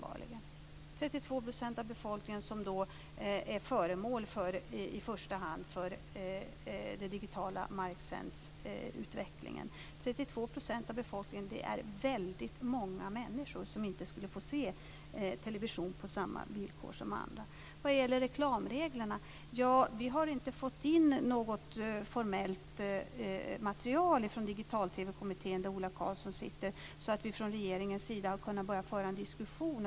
Det är 32 % av befolkningen som i första hand är föremål för den digitala marksändningsutvecklingen. 32 % av befolkningen är väldigt många människor, som inte skulle få se television på samma villkor som andra. Vad gäller reklamreglerna har jag inte fått in något formellt material från Digital-TV-kommittén, där Ola Karlsson sitter, så att vi från regeringens sida har kunnat börja föra en diskussion.